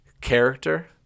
character